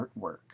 artwork